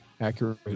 accurate